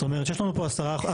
זאת אומרת שיש לנו פה 10 חודשים.